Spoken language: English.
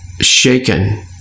shaken